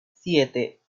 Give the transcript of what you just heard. siete